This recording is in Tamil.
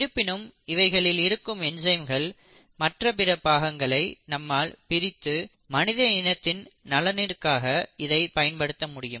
இருப்பினும் இவைகளில் இருக்கும் என்சைம்கள் மற்றும் பிற பாகங்களை நம்மால் பிரித்து மனித இனத்தின் நலனுக்காக இதை பயன்படுத்த முடியும்